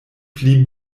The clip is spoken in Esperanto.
pli